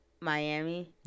miami